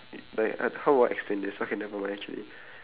like I how will I explain this okay never mind actually